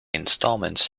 installments